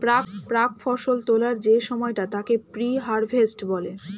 প্রাক্ ফসল তোলার যে সময়টা তাকে প্রি হারভেস্ট বলে